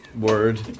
word